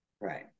right